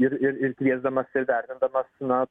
ir ir ir kviesdamas įdarbindamas na